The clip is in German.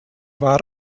war